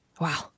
Wow